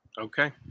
Okay